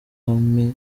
mwami